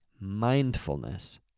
mindfulness